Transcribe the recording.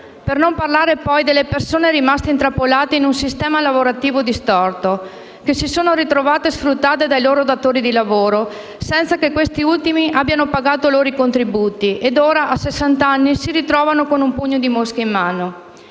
Per non parlare poi, delle persone rimaste intrappolate in un sistema lavorativo distorto, le quali si sono ritrovate sfruttate dai loro datori di lavoro senza che questi ultimi abbiano pagato loro i contributi, e che ora, a sessant'anni, si ritrovano con un pugno di mosche in mano.